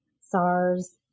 SARS